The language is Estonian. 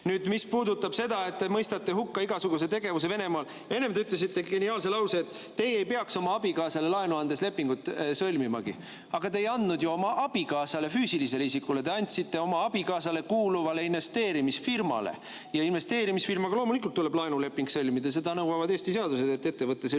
näkku. Mis puudutab seda, et te mõistate hukka igasuguse tegevuse Venemaal. Enne te ütlesite geniaalse lause, et teie ei peaks oma abikaasale laenu andes lepingut sõlmimagi. Aga te ei andnud ju oma abikaasale, füüsilisele isikule. Te andsite oma abikaasale kuuluvale investeerimisfirmale ja investeerimisfirmaga loomulikult tuleb laenuleping sõlmida, seda nõuavad Eesti seadused, et ettevõte sõlmib